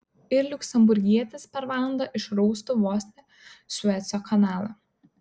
ir liuksemburgietis per valandą išraustų vos ne sueco kanalą